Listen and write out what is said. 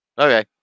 Okay